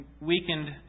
weakened